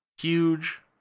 huge